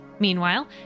Meanwhile